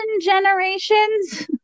generations